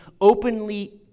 openly